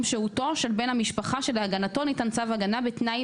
שהותו של בן המשפחה שלהגנתו ניתן צו הגנה בתנאי